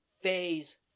Phase